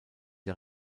der